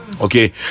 Okay